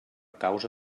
causa